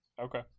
Okay